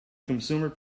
consumer